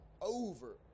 over